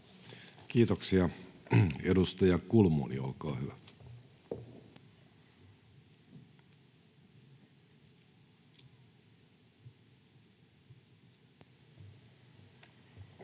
Kiitoksia. — Edustaja Kulmuni, olkaa hyvä. [Speech